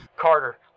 Carter